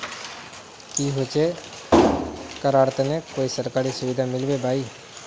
की होचे करार तने कोई सरकारी सुविधा मिलबे बाई?